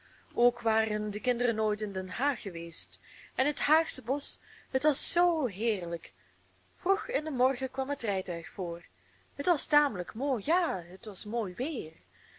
ook waren de kinderen nooit in den haag geweest en het haagsche bosch het was zoo heerlijk vroeg in den morgen kwam het rijtuig voor het was tamelijk mooi ja het was mooi weer